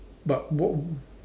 but both